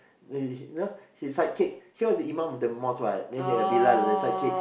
then he you know sidekick he was imam with the mosque what then he a bilal the sidekick